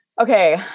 Okay